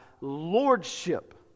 lordship